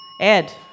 Ed